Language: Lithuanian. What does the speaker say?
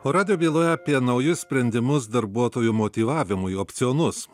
o radijo byloje apie naujus sprendimus darbuotojų motyvavimui opcionus